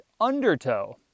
Undertow